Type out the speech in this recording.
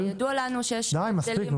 ידוע לנו שיש הבדלים --- די, מספיק.